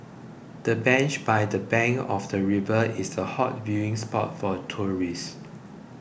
the bench by the bank of the river is a hot viewing spot for tourists